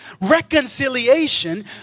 reconciliation